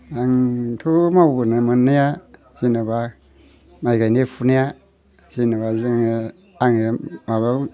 आंथ' मावबोनो मोननाया जेनोबा माइ गायनाय फुनाया जेनोबा जोङो आङो माबा